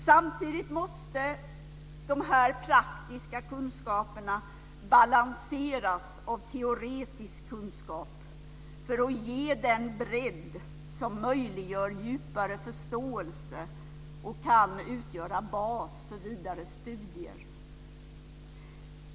Samtidigt måste dessa praktiska kunskaper balanseras av teoretisk kunskap för att ge den bredd som möjliggör djupare förståelse och utgöra bas för vidare studier.